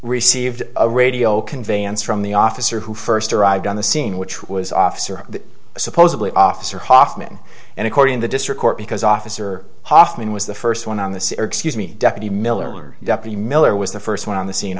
received a radio conveyance from the officer who first arrived on the scene which was officer supposedly officer hoffman and according to the district court because officer hofmann was the first one on this excuse me deputy miller deputy miller was the first one on the scene